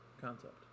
concept